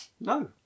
No